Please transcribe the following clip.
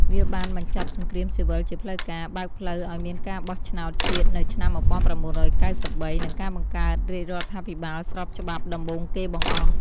វាបានបញ្ចប់សង្គ្រាមស៊ីវិលជាផ្លូវការ បើកផ្លូវឱ្យមានការបោះឆ្នោតជាតិនៅឆ្នាំ ១៩៩៣ និងការបង្កើតរាជរដ្ឋាភិបាលស្របច្បាប់ដំបូងគេបង្អស់។